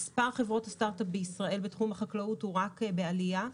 מספר חברות הסטרטאפ בישראל בתחום החקלאות נמצא בעלייה.